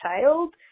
child